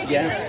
Yes